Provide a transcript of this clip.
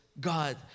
God